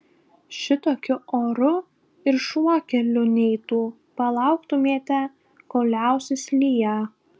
šitokiu oru ir šuo keliu neitų palauktumėte kol liausis liję